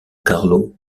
carlo